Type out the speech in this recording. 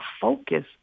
focus